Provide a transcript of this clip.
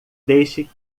deixe